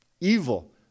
evil